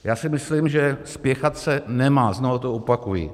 Já si myslím, že spěchat se nemá, znovu to opakuji.